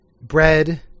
bread